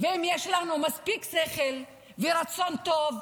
ואם יש לנו מספיק שכל ורצון טוב,